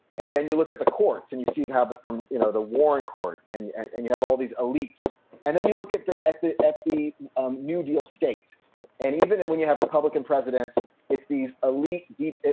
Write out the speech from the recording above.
and then you look at the courts and you see how habit but from you know the warren court and and you have all these elites. and then you look at the at the at the um new deal states and even and when you have republican presidents, it's these elite deep.